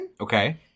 Okay